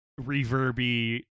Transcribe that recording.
reverby